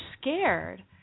scared